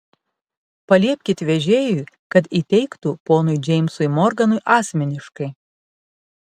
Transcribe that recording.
paliepkit vežėjui kad įteiktų ponui džeimsui morganui asmeniškai